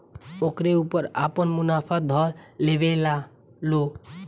ओकरे ऊपर आपन मुनाफा ध लेवेला लो